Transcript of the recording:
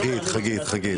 חגית, חגית.